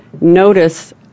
notice